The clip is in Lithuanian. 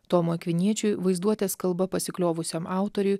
tomui akviniečiui vaizduotės kalba pasikliovusiam autoriui